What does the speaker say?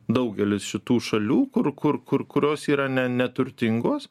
daugelis šitų šalių kur kur kur kurios yra ne neturtingos